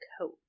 coat